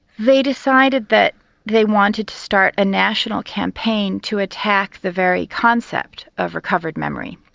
they decided that they wanted to start a national campaign to attack the very concept of recovered memory.